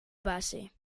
base